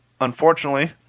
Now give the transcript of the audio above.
unfortunately